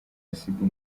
asiga